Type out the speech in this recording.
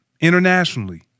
internationally